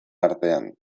artean